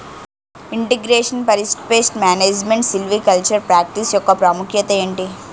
integration forest pest management silvicultural practice యెక్క ప్రాముఖ్యత ఏంటి